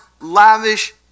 lavish